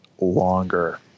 longer